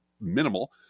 minimal